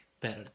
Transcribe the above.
better